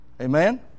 Amen